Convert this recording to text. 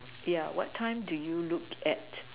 yeah what time do you look at